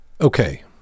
Okay